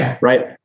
Right